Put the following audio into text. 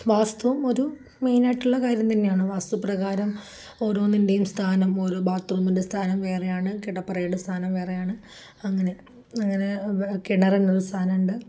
വാസ്തുവും ഒരു മെയിനായിട്ടുള്ള കാര്യം തന്നെയാണ് വാസ്തുപ്രകാരം ഓരോന്നിന്റെയും സ്ഥാനം ഓരോ ബാത്റൂമിൻ്റെ സ്ഥാനം വേറെയാണ് കിടപ്പറയുടെ സ്ഥാനം വേറെയാണ് അങ്ങനെ അങ്ങനെ കിണറിനൊരു സഥാനമുണ്ട്